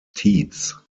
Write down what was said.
teats